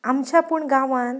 आमच्या पूण गांवांत